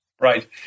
Right